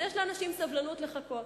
אז יש לאנשים סבלנות לחכות.